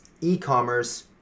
e-commerce